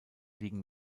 liegen